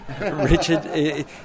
Richard